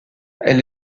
elle